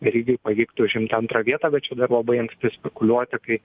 verygai pavyktų užimt antrą vietą bet čia dar labai anksti spekuliuoti kai